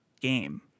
Game